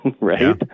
right